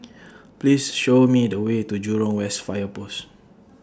Please Show Me The Way to Jurong West Fire Post